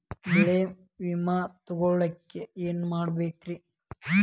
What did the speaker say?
ಬೆಳೆ ವಿಮೆ ತಗೊಳಾಕ ಏನ್ ಮಾಡಬೇಕ್ರೇ?